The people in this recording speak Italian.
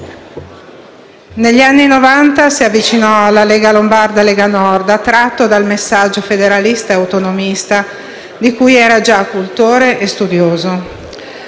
Negli anni Novanta si avvicinò alla Lega Lombarda-Lega Nord attratto dal messaggio federalista e autonomista di cui era già cultore e studioso.